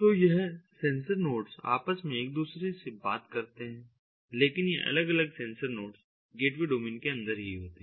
तो यह sensor nodes आपस में एक दूसरे से बात करते हैं लेकिन यह अलग अलग सेंसर नोड्स गेटवे डोमेन के अंदर ही होते हैं